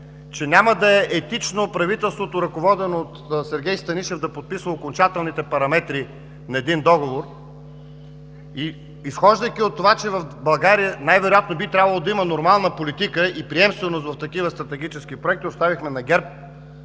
че няма да е етично правителството, ръководено от Сергей Станишев, да подписва окончателните параметри на един договор. И изхождайки от това, че в България най-вероятно би трябвало да има нормална политика и приемственост за такива стратегически проекти, оставихме на ГЕРБ